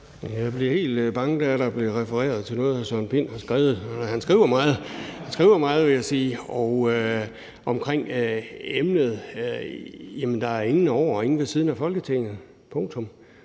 Jeg blev helt bange, da der blev refereret til noget, som Søren Pind har skrevet. Han skriver meget, vil jeg sige. Og omkring emnet vil jeg sige, at der er ingen over og ingen ved siden af Folketinget. Punktum.